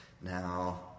Now